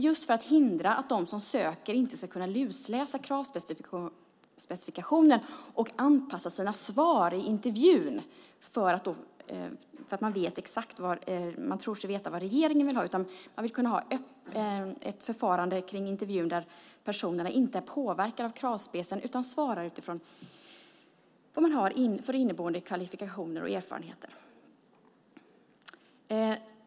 Det är för att hindra att de som söker ska kunna lusläsa kravspecifikationen och anpassa sina svar i intervjun till vad de tror sig veta att regeringen vill ha. Man vill kunna ha ett förfarande kring intervjun där personerna inte är påverkade av kravspecifikationen utan svarar utifrån vad de har för inneboende kvalifikationer och erfarenheter.